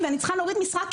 ואני צריכה להוריד משרה,